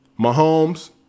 Mahomes